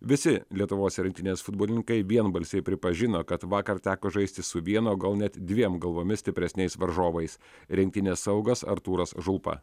visi lietuvos rinktinės futbolininkai vienbalsiai pripažino kad vakar teko žaisti su viena o gal net dviem galvomis stipresniais varžovais rinktinės saugas artūras žulpa